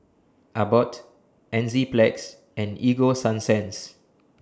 Abbott Enzyplex and Ego Sunsense